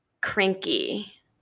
cranky